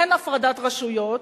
אין הפרדת רשויות.